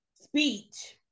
Speech